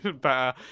better